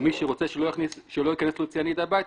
ומי שרוצה שלא ייכנס לו ציאניד הביתה,